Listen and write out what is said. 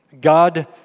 God